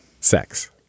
Sex